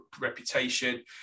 reputation